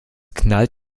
knallt